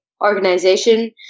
organization